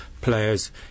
players